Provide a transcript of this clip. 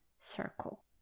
circle